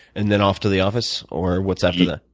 and then off to the office or what's after that?